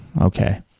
Okay